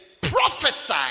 prophesy